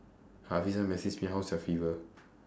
hafeezah messaged me how's your fever